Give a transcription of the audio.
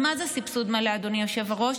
מה זה סבסוד מלא, אדוני היושב-ראש?